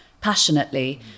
passionately